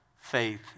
faith